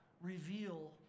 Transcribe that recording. reveal